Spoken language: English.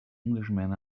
englishman